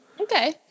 Okay